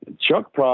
Chuck